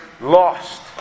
lost